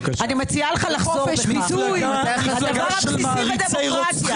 בבקשה, חברת הכנסת אורית פרקש הכהן.